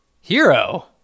Hero